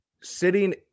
sitting